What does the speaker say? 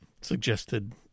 Suggested